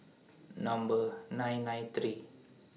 Number nine nine three